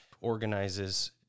organizes